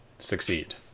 Succeed